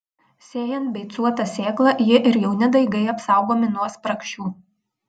sėjant beicuotą sėklą ji ir jauni daigai apsaugomi nuo spragšių